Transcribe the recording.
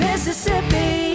Mississippi